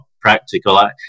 practical